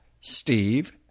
steve